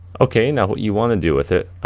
okay, now what you wanna do with it,